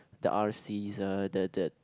r_cs uh the the